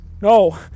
no